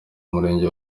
umurenge